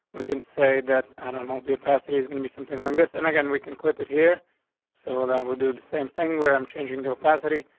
we can say that. i don't know the capacity is gonna be something like this. and again, we can clip it here so that would do the same thing where i'm changing the rapacity.